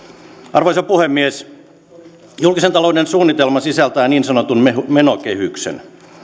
arvoisa puhemies julkisen talouden suunnitelma sisältää niin sanotun menokehyksen